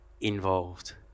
involved